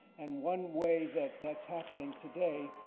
and one way that that's happening today,